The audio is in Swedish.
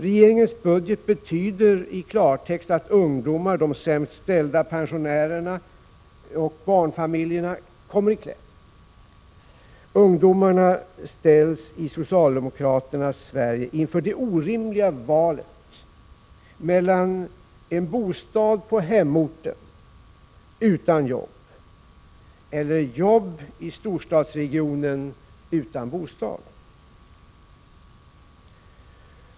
Regeringens budget betyder i klartext att ungdomar, de sämst ställda pensionärerna och barnfamiljerna kommer i kläm. Ungdomarna ställs i socialdemokraternas Sverige inför det orimliga valet mellan en bostad på hemorten utan jobb och jobb i storstadsregionen utan bostad.